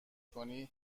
کنی